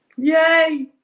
Yay